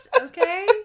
Okay